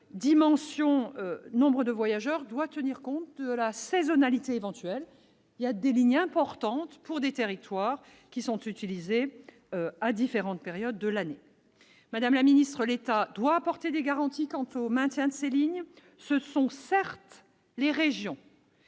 du nombre de voyageurs devrait tenir compte de la saisonnalité éventuelle : certaines lignes importantes pour des territoires sont utilisées à différentes périodes de l'année. Madame la ministre, l'État doit apporter des garanties quant au maintien de ces lignes. Ce sont certes les régions